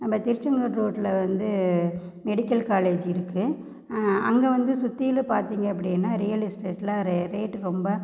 நம்ம திருசெந்தூர் ரோட்டில் வந்து மெடிக்கல் காலேஜு இருக்குது அங்கே வந்து சுற்றிலும் பார்த்தீங்க அப்படின்னா ரியல் எஸ்டேடெல்லாம் ரே ரேட்டு ரொம்ப